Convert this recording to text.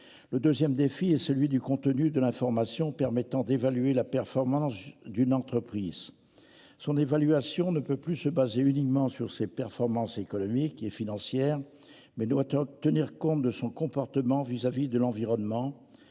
Le 2ème défi est celui du contenu de l'information permettant d'évaluer la performance d'une entreprise. Son évaluation ne peut plus se baser uniquement sur ses performances économiques et financières, mais doit obtenir compte de son comportement vis-à-vis de l'environnement.